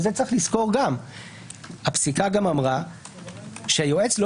ואת זה גם צריך לזכור: הפסיקה גם אמרה שהיועץ לא